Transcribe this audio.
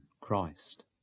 Christ